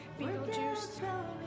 Beetlejuice